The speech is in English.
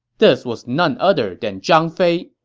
this was none other than zhang fei.